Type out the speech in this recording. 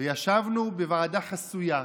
ישבנו בוועדה חסויה,